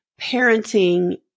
Parenting